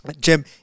Jim